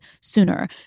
sooner